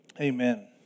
amen